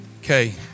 Okay